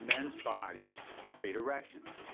men's bodies create erections,